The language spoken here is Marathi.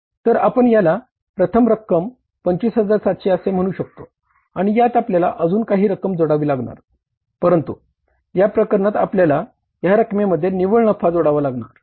तर आपण याला प्रथम रक्कम 25700 असे म्हणू शकतो आणि यात आपल्याला अजून काही रक्कम जोडावी लागणार परंतु या प्रकरणात आपल्याला ह्या रक्कमेमध्ये निव्वळ नफा जोडावा लागणार